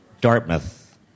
Dartmouth